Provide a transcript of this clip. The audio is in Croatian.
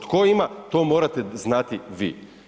Tko ima to morate znati vi.